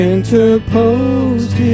Interposed